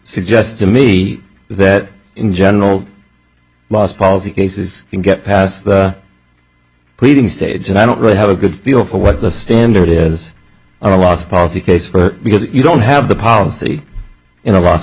suggest to me that in general laws policy cases can get past the pleading stage and i don't really have a good feel for what the standard is or last policy case for because you don't have the policy in the last